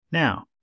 Now